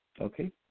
Okay